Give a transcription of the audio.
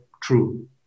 true